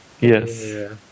yes